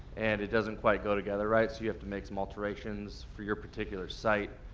and it doesn't quite go together right, so you have to make some alterations for your particular site,